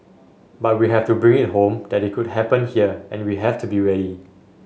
but we have to bring it home that it could happen here and we have to be ready